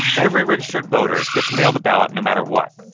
every registered voter gets mailed a ballot no matter what.